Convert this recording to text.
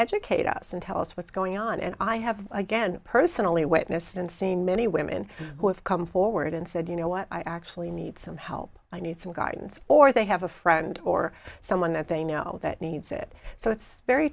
educate us and tell us what's going on and i have again personally witnessed and seen many women who have come forward and said you know what i actually need some help i need some guidance or they have a friend or someone that they now that needs it so it's very